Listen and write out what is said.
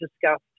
discussed